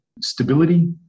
stability